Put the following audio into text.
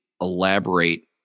elaborate